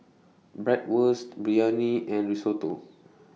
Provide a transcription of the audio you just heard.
Bratwurst Biryani and Risotto